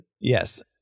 Yes